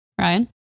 Ryan